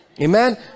Amen